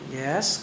yes